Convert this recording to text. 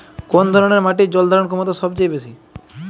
কোন ধরণের মাটির জল ধারণ ক্ষমতা সবচেয়ে বেশি?